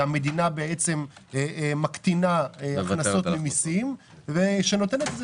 שהמדינה מקטינה הכנסות ממיסים ונותנת את זה